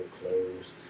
clothes